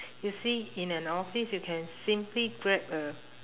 you see in an office you can simply grab a